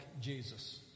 Jesus